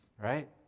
right